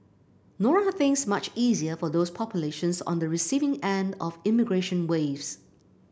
nor are things much easier for those populations on the receiving end of immigration waves